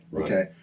Okay